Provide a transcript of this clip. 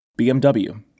BMW